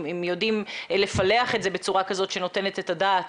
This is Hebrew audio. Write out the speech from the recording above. אם יודעים לפלח את זה בצורה כזאת שנותנת את הדעת